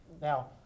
Now